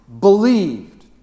believed